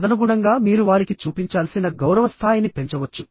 తదనుగుణంగా మీరు వారికి చూపించాల్సిన గౌరవ స్థాయిని పెంచవచ్చు